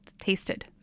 tasted